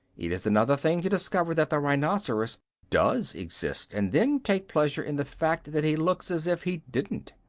it is another thing to discover that the rhinoceros does exist and then take pleasure in the fact that he looks as if he didn't.